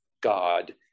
God